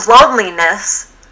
loneliness